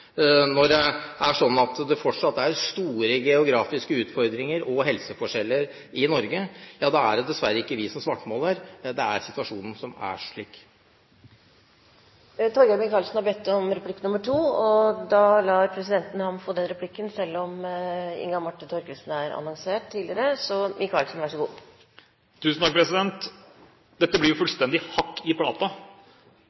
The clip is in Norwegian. når det er slik at det fortsatt er store geografiske utfordringer og helseforskjeller i Norge, er det dessverre ikke vi som svartmaler. Det er situasjonen som er slik.